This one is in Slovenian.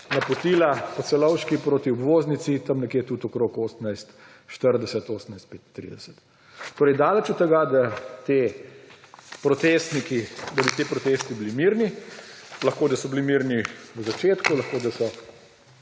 napotila po Celovški proti obvoznici, tam nekje tudi okoli 18.40, 18.35. To je daleč od tega, da bi ti protesti bili mirni. Lahko da so bili mirni na začetku, lahko da so